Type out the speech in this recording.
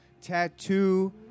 tattoo